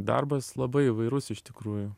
darbas labai įvairus iš tikrųjų